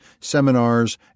seminars